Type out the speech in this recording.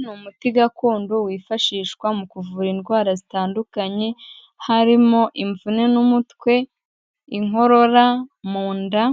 Ni umuti gakondo wifashishwa mu kuvura indwara zitandukanye, harimo imvune n'umutwe, inkorora, mu nda,